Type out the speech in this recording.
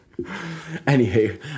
Anywho